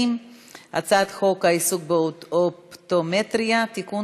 את הצעת חוק העיסוק באופטומטריה (תיקון,